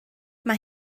mae